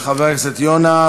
תודה רבה לך, חבר הכנסת יונה.